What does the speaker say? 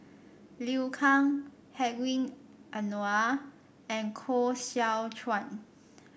Liu Kang Hedwig Anuar and Koh Seow Chuan